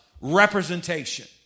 representation